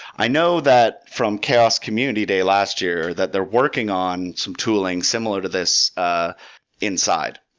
i know that from chaos community day last year, that they're working on some tooling similar to this ah inside.